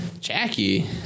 Jackie